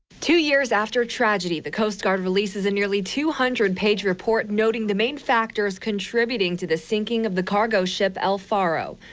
two years after tragedy the coast guard release as and nearly two hundred page report noting the main factors contributing to the sinking of the cargo ship elfaro.